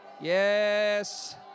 Yes